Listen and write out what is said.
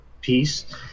piece